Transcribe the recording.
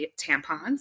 tampons